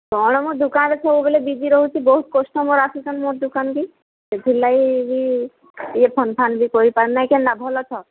କ'ଣ ମ ଦୁକାନରେ ସବୁବେଳେ ବିଜି ରହୁଛୁ ବହୁତ କଷ୍ଟୋମର ଆସୁଛନ୍ତି ମୋର ଦୋକାନ କୁ ସେଥିଲାଗି ଇଏ ଫୋନ ଫାନ ବି କରି ପାରୁନି କେନ୍ତା ଭଲ ଅଛ